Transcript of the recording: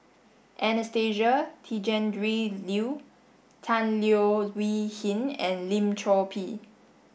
Anastasia Tjendri Liew Tan Leo Wee Hin and Lim Chor Pee